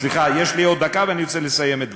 סליחה, יש לי עוד דקה, ואני רוצה לסיים את דברי.